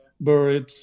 buried